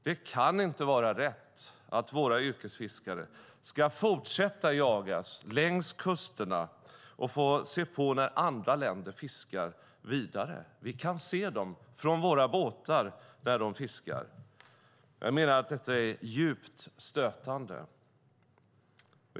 Det kan inte vara rätt att våra yrkesfiskare ska fortsätta jagas längs kusterna och se på när andra länder fiskar vidare. Vi kan se dem från våra båtar där de fiskar. Jag menar att detta är djupt stötande.